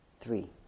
three